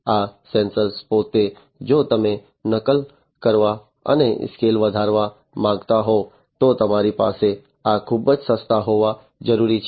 આ સેન્સર પોતે જો તમે નકલ કરવા અને સ્કેલ વધારવા માંગતા હો તો તમારી પાસે આ ખૂબ સસ્તા હોવા જરૂરી છે